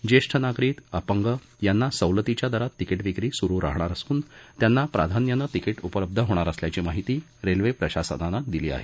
ज्येष्ठ नागरिक अपंग यांना सवलतीच्या दरामध्ये तिकीट विक्री सुरू राहणार असून त्यांना प्राधान्यानं तिकीट उपलब्ध होणार असल्याची माहिती रेल्वे प्रशासनाने दिली आहे